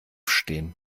stehen